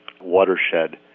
watershed